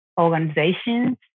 organizations